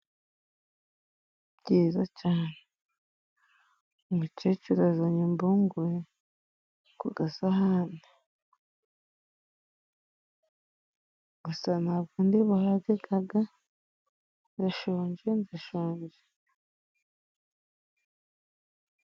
Byiza cane, umukecuru azanye impungure ku gasahani gusa ntabwo ndibuhage ndashonje ndashonje!